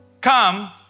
Come